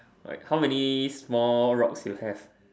right how many small rocks you have